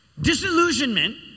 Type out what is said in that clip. Disillusionment